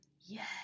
Yes